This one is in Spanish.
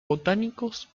botánicos